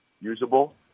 usable